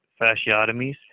fasciotomies